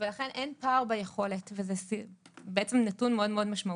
ולכן אין פער ביכולת וזה בעצם נתון מאוד מאוד משמעותי.